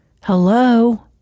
hello